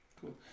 cool